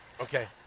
Okay